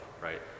right